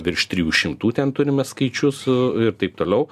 virš trijų šimtų ten turime skaičius ir taip toliau